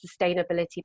sustainability